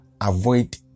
avoid